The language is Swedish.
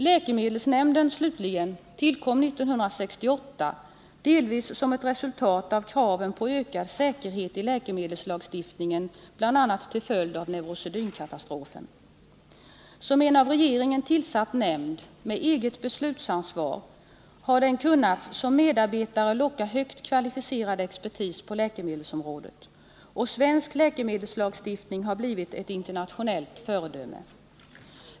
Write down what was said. Läkemedelsnämnden, slutligen, tillkom 1968, delvis som ett resultat av kraven på ökad säkerhet i läkemedelslagstiftningen bl.a. till följd av neurosedynkatastrofen. Som en av regeringen tillsatt nämnd med eget beslutsansvar har den som medarbetare kunnat locka högt kvalificerad expertis på läkemedelsområdet, och svensk läkemedelslagstiftning har blivit ett internationellt föredöme.